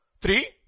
three